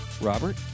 Robert